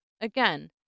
Again